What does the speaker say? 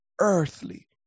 earthly